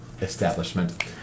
establishment